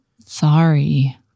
Sorry